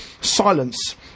silence